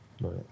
Right